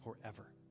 forever